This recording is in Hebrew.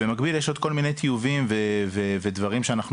במקביל יש עוד כל מיני טיובים ודברים שאנחנו